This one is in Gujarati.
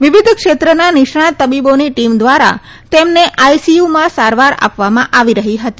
વિવિધ ક્ષેત્રના નિષ્ણાત તબીબોની ટીમ દ્વારા તેમની આઇસીયુમાં સારવાર આપવામાં આવી રહી હતી